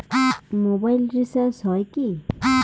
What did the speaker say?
Mobile recharge হয় কি?